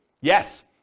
Yes